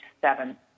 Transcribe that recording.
seven